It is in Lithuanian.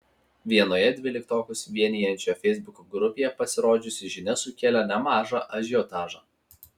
vienoje dvyliktokus vienijančioje feisbuko grupėje pasirodžiusi žinia sukėlė nemažą ažiotažą